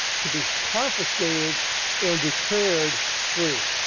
to be confiscated and declared free.